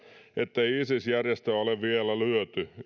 ettei isis järjestöä ole vielä lyöty